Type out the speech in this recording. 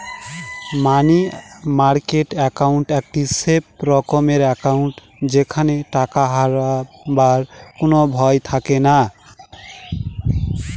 মানি market account একটি safe রকমের account যেখানে টাকা হারাবার কোনো ভয় থাকেনা